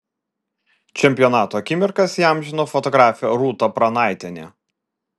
čempionato akimirkas įamžino fotografė rūta pranaitienė